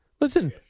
Listen